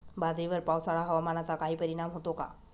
बाजरीवर पावसाळा हवामानाचा काही परिणाम होतो का?